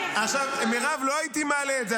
עכשיו, מירב, לא הייתי מעלה את זה.